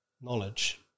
Knowledge